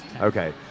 okay